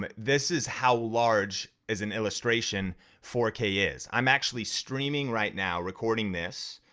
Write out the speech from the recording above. but this is how large as an illustration four k is. i'm actually streaming right now recording this,